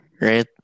right